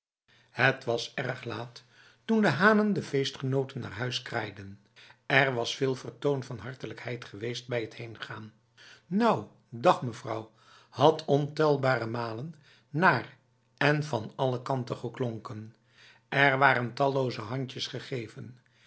het was erg laat toen de hanen de feestgenoten naar huis kraaiden er was veel vertoon van hartelijkheid geweest bij het heengaan nou dag mevrouw had ontelbare malen naar en van alle kanten geklonken er waren talloze handjes gegeven